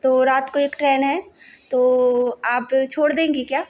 तो रात को एक ट्रेन है तो आप छोड़ देंगे क्या